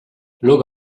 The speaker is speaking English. look